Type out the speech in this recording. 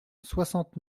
soixante